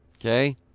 Okay